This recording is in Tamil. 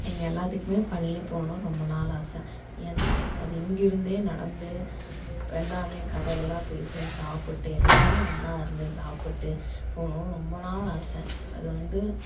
எங்கள் எல்லாத்துக்குமே பழனி போகணுன் ரொம்ப நாள் ஆசை ஏன்னால் அது இங்கே இருந்தே நடந்து எல்லாமே கதை எல்லாம் பேசி சாப்பிட்டு எல்லாேருமே ஒன்றா இருந்து சாப்பிட்டு போகணுன் ரொம்ப நாள் ஆசை அது வந்து